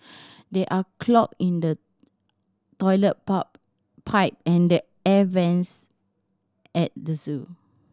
there are clog in the toilet pop pipe and the air vents at the zoo